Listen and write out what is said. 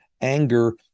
anger